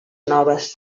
noves